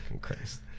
Christ